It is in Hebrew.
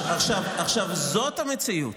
ח'אלד משעל אמר, זאת המציאות.